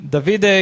David